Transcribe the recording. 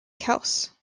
kielce